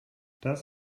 das